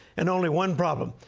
and only one problem.